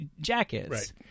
jackets